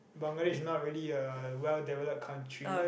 Bangladesh is not really a well developed country